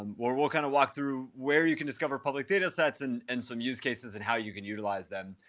um where we'll kind of walk through where you can discover public data sets, and and some use cases, and how you can utilize them.